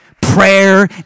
Prayer